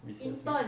recess week